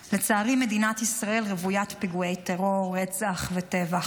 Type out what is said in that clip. לצערי מדינת ישראל רוויית פיגועי טרור, רצח וטבח,